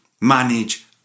manage